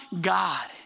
God